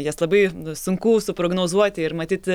jas labai sunku suprognozuoti ir matyt